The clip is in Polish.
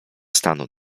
stanął